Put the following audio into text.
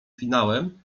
finałem